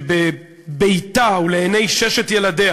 שבביתה ולעיני ששת ילדיה